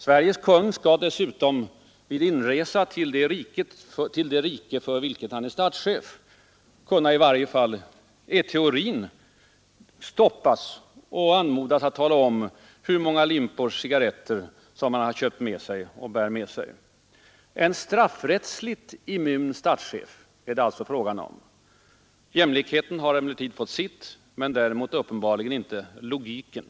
Sveriges konung skall dessutom vid inresa till det rike för vilket han är statschef kunna — i varje fall i teorin — stoppas och anmodas att tala om hur många limpor cigarretter han köpt och bär med sig. Detta skall alltså gälla en straffrättsligt immun statschef! Jämlikheten har fått sitt men däremot uppenbarligen inte logiken.